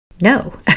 No